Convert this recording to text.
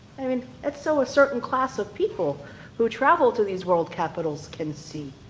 and i mean, that's so a certain class of people who travel to these world capitals can see.